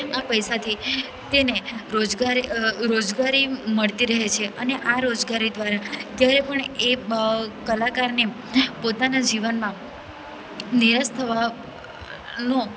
આ પૈસાથી તેને રોજગારી રોજગારી મળતી રહે છે અને આ રોજગારી દ્વારા ક્યારેય પણ એ કલાકારને પોતાના જીવનમાં નિરાશ થવાનો